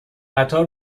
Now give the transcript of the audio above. قطار